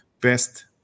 best